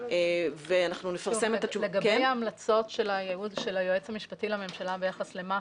אנחנו נפרסם את --- לגבי ההמלצות של היועץ המשפטי לממשלה ביחס למח"ש,